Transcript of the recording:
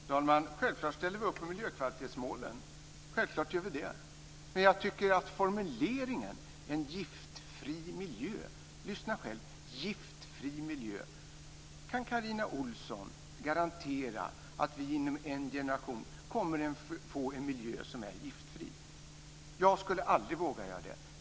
Fru talman! Självklart ställer vi oss bakom miljökvalitetsmålen, men jag tycker inte om formuleringen "en giftfri miljö". Lyssna på de orden! Kan Carina Ohlsson garantera att vi inom en generation kommer att få en miljö som är giftfri? Jag skulle aldrig våga göra det.